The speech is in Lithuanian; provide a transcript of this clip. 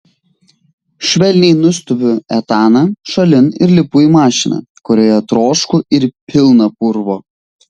švelniai nustumiu etaną šalin ir lipu į mašiną kurioje trošku ir pilna purvo